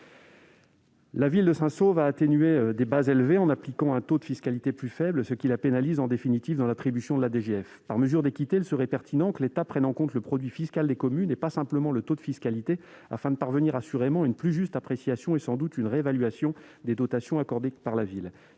La commune de Saint-Saulve a atténué les conséquences de ses bases élevées en appliquant un taux de fiscalité plus faible, ce qui en définitive la pénalise dans l'attribution de la DGF. Aussi, par mesure d'équité, il serait pertinent que l'État prenne en compte le produit fiscal des communes, et non pas simplement le taux de fiscalité, afin de parvenir assurément à une plus juste appréciation et, sans doute, à une réévaluation des dotations accordées à la ville.